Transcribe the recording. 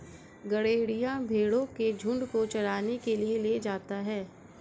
गरेड़िया भेंड़ों के झुण्ड को चराने के लिए ले जाता है